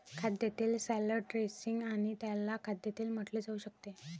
खाद्यतेल salad dressing आणि त्याला खाद्यतेल म्हटले जाऊ शकते